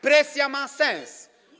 Presja ma sens.